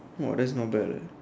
!wah! that's not bad eh